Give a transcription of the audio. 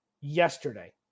yesterday